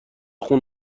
خون